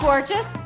Gorgeous